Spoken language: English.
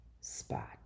spot